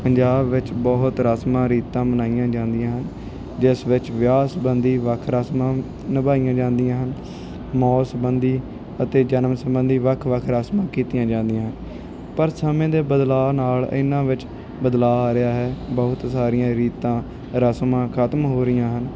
ਪੰਜਾਬ ਵਿੱਚ ਬਹੁਤ ਰਸਮਾਂ ਰੀਤਾਂ ਮਨਾਈਆਂ ਜਾਂਦੀਆਂ ਹਨ ਜਿਸ ਵਿੱਚ ਵਿਆਹ ਸੰਬੰਧੀ ਵੱਖ ਰਸਮਾਂ ਨਿਭਾਈਆਂ ਜਾਂਦੀਆਂ ਹਨ ਮੌਤ ਸੰਬੰਧੀ ਅਤੇ ਜਨਮ ਸੰਬੰਧੀ ਵੱਖ ਵੱਖ ਰਸਮਾਂ ਕੀਤੀਆਂ ਜਾਂਦੀਆਂ ਪਰ ਸਮੇਂ ਦੇ ਬਦਲਾਅ ਨਾਲ ਇਹਨਾਂ ਵਿੱਚ ਬਦਲਾਅ ਆ ਰਿਹਾ ਹੈ ਬਹੁਤ ਸਾਰੀਆਂ ਰੀਤਾਂ ਰਸਮਾਂ ਖਤਮ ਹੋ ਰਹੀਆਂ ਹਨ